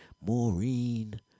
Maureen